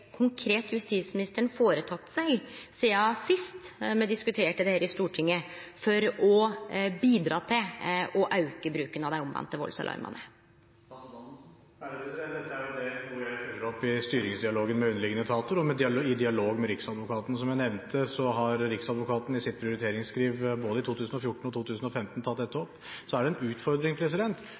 konkret føreteke seg, sidan sist me diskuterte dette i Stortinget, for å bidra til å auke bruken av dei omvende valdsalarmane? Dette er noe jeg følger opp i styringsdialogen med underliggende etater og i dialog med Riksadvokaten. Som jeg nevnte, har Riksadvokaten i sitt prioriteringsskriv både i 2014 og 2015 tatt dette opp. Så er det en utfordring